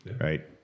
Right